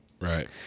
Right